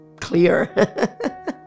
clear